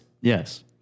Yes